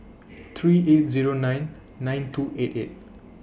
three eight Zero nine nine two eight eight